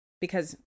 Because-